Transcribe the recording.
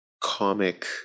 comic